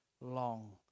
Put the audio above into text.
long